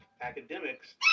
academics